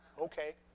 okay